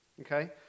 okay